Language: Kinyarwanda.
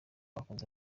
akunze